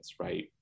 right